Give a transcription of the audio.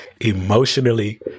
Emotionally